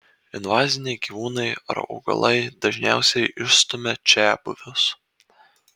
invaziniai gyvūnai ar augalai dažniausiai išstumia čiabuvius